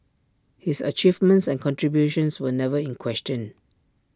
his achievements and contributions were never in question